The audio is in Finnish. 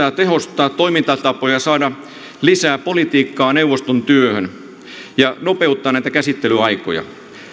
ja tehostamista sekä sitä että voidaan saada lisää politiikkaa neuvoston työhön ja nopeuttaa näitä käsittelyaikoja